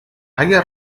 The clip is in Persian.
اگر